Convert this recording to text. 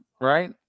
right